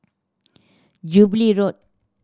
Jubilee Road